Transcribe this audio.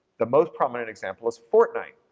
the most prominent example is fortnite,